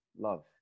love